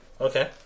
Okay